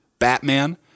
Batman